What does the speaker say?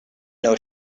know